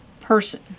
person